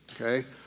Okay